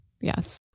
Yes